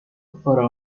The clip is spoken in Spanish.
para